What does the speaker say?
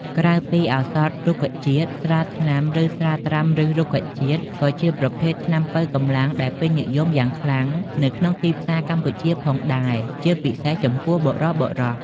ក្រៅពីឱសថរុក្ខជាតិ ស្រាថ្នាំ ឬ ស្រាត្រាំឫសរុក្ខជាតិ ក៏ជាប្រភេទថ្នាំប៉ូវកម្លាំងដែលពេញនិយមយ៉ាងខ្លាំងនៅក្នុងទីផ្សារកម្ពុជាផងដែរ ជាពិសេសចំពោះបុរសៗ។